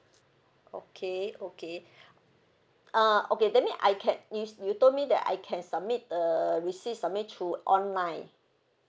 okay okay uh okay that mean I can you you told me that I can submit a receipt submit through online